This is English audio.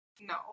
no